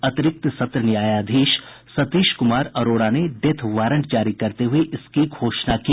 अतिरिक्त सत्र न्यायाधीश सतीश कुमार अरोड़ा ने डेथ वारंट जारी करते हुए इसकी घोषणा की